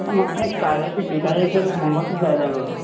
म्हाका तें काळें पिड्डूका एक मंगळसूत्र जाय आसलें गो